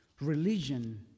religion